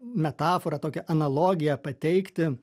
metaforą tokią analogiją pateikti